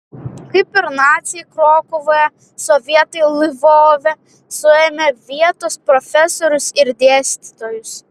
kaip ir naciai krokuvoje sovietai lvove suėmė vietos profesorius ir dėstytojus